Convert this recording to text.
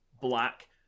Black